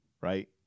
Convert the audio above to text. right